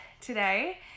today